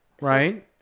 Right